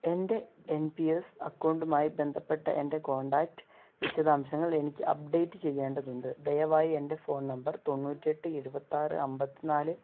എൻ്റെ N P S അക്കൗണ്ടുമായി ബന്ധപ്പെട്ട എൻ്റെ കോൺടാക്ട് വിശദാംശങ്ങൾ എനിക്ക് അപ്ഡേറ്റ് ചെയ്യേണ്ടതുണ്ട് ദയവായി എൻ്റെ ഫോൺ നമ്പർ തൊണ്ണൂറ്റിയെട്ട് എഴുപത്തിയാറ് അന്പത്തിനാല്